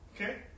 Okay